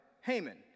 Haman